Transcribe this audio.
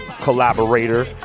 collaborator